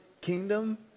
kingdom